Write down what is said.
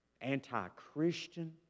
anti-Christian